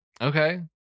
Okay